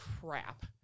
crap